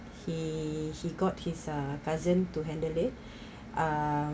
he he got his uh cousin to handle it err